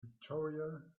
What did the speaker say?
victoria